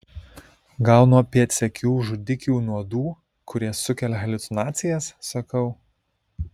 gal nuo pėdsekių žudikių nuodų kurie sukelia haliucinacijas sakau